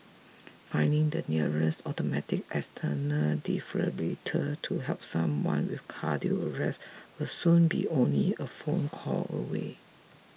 finding the nearest automated external defibrillator to help someone with cardiac arrest will soon be only a phone call away